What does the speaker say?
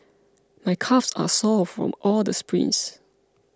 my calves are sore from all the sprints